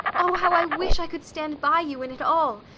oh, how i wish i could stand by you in it all!